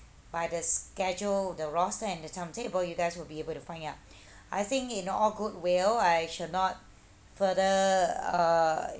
by the schedule the roster and the timetable you guys will be able to find out I think you know all goodwill I shall not further uh